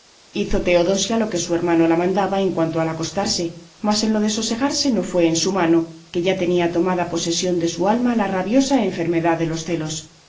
hizo teodosia lo que su hermano la mandaba en cuanto al acostarse mas en lo de sosegarse no fue en su mano que ya tenía tomada posesión de su alma la rabiosa enfermedad de los celos